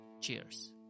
Cheers